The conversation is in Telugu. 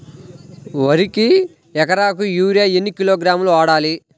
వరికి ఎకరాకు యూరియా ఎన్ని కిలోగ్రాములు వాడాలి?